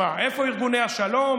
מה להתגאות בזה.